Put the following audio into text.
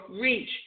reach